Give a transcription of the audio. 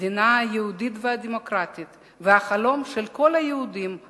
המדינה היהודית והדמוקרטית והחלום של כל היהודים הציונים,